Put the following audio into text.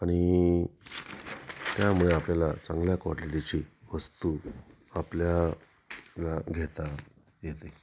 आणि त्यामुळे आपल्याला चांगल्या क्वालिटीची वस्तू आपल्याला घेता येते